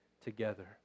together